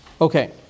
okay